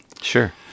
Sure